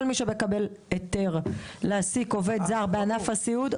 כל מי שמקבל היתר להעסיק עובד זר בענף הסיעוד,